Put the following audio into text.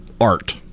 art